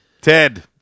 Ted